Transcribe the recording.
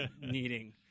needing